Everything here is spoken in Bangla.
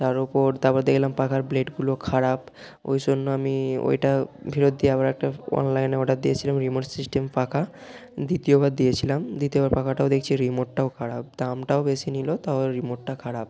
তার উপর তারপর দেখলাম পাখার ব্লেডগুলো খারাপ ওই জন্য আমি ওইটা ফেরত দিয়ে আবার একটা অনলাইনে অর্ডার দিয়েছিলাম রিমোট সিস্টেম পাখা দ্বিতীয়বার দিয়েছিলাম দ্বিতীয়বার পাখাটাও দেখছি রিমোটটাও খারাপ দামটাও বেশি নিল তাও আবার রিমোটটা খারাপ